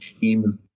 teams